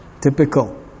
Typical